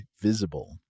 Visible